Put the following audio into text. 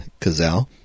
Cazal